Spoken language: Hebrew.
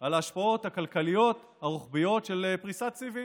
על ההשפעות הכלכליות הרוחביות של פריסת סיבים,